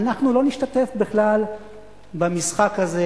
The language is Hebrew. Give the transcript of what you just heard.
אנחנו לא נשתתף בכלל במשחק הזה.